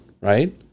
right